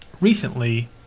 recently